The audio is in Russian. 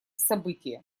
событие